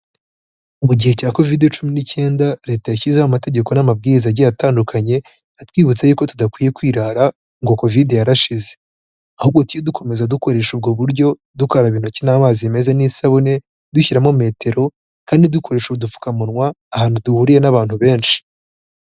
Mu gihe cya covid cumi n'icyenda leta yashyizeho amategeko n'amabwiriza agiye atandukanye atwibutsa yuko tudakwiye kwirara ngo covid yarashize. Ahubwo tujye dukomeza dukoresha ubwo buryo, dukaraba intoki n'amazi meza n'isabune, dushyiramo metero kandi dukoresha udupfukamunwa ahantu duhuriye n'abantu benshi.